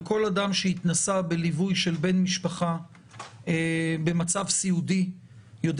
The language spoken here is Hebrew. וכל אדם שהתנסה בליווי של בן משפחה במצב סיעודי יודע